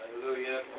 Hallelujah